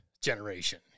generation